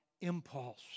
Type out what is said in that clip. impulse